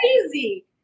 crazy